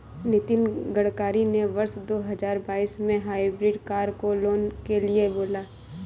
नितिन गडकरी ने वर्ष दो हजार बाईस में हाइब्रिड कार को लाने के लिए बोला